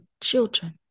children